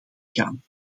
gaan